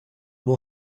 will